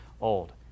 old